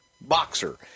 boxer